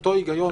אותו היגיון.